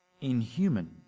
inhuman